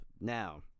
Now